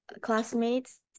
classmates